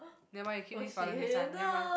nevermind you keep this for the next one never mind